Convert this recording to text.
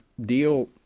deal